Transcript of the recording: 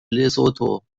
lesotho